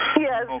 Yes